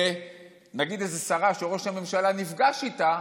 נגיד, על איזו שרה שראש הממשלה נפגש איתה: